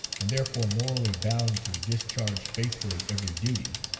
and therefore morally bound to discharge faithfully every duty,